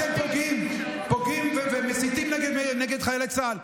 שאתם פוגעים ומסיתים נגד חיילי צה"ל.